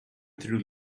through